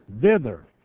thither